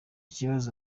kibazo